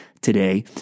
today